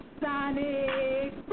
Sonic